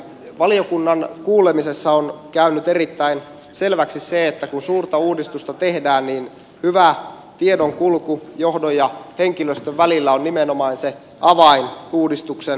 valiokunnan kuulemisessa on käynyt erittäin selväksi se että kun suurta uudistusta tehdään niin hyvä tiedonkulku johdon ja henkilöstön välillä on nimenomaan se avain uudistuksen onnistumiseen